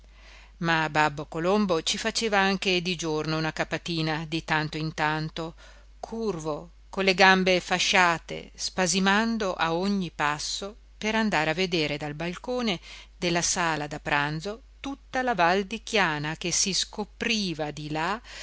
ma babbo colombo ci faceva anche di giorno una capatina di tanto in tanto curvo con le gambe fasciate spasimando a ogni passo per andar a vedere dal balcone della sala da pranzo tutta la val di chiana che si scopriva di là